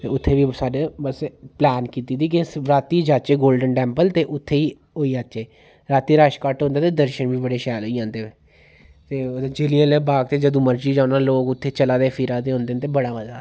ते उत्थै बी साढ़े बस प्लैन कीती दी कि अस रातीं जाहचै गाल्डन टैम्पल ते उत्थे ही होई जाचे रातीं रश घट्ट होंदा ते दर्शन बी बड़े शैल होई जांदे ते जल्लियां आह्ला बाग ते जदूं मर्जी जाओ ना लोग उत्थै चला दे फिरा दे होंदे न ते बड़ा मजा आंदा